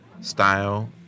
style